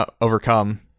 overcome